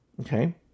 Okay